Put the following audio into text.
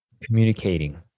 communicating